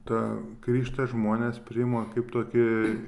tą krikštą žmonės priima kaip tokį